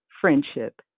Friendship